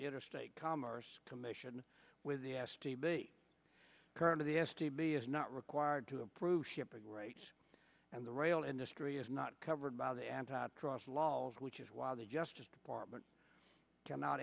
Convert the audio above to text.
interstate commerce commission with the s t b current of the s t b is not required to approve shipping rates and the rail industry is not covered by the antitrust laws which is why the justice department cannot